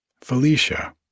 Felicia